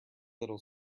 little